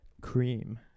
Cream